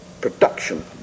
production